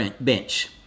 bench